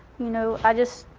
you know, i just